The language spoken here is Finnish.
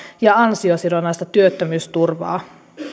ja ansiosidonnaista työttömyysturvaa